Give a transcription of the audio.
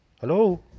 Hello